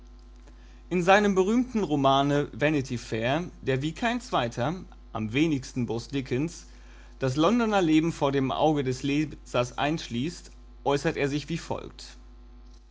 in seinem berühmten romane vanity fair der wie kein zweiter am wenigsten boz dickens das londoner leben vor dem auge des lesers erschließt äußert er sich wie folgt